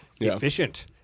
efficient